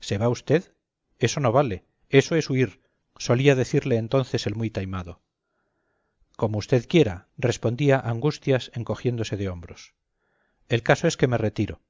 se va usted eso no vale eso es huir solía decirle entonces el muy taimado como usted quiera respondía angustias encogiéndose de hombros el caso es que me retiro